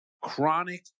chronic